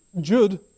Jude